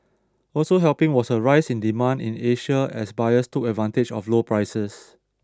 also helping was a rise in demand in Asia as buyers took advantage of low prices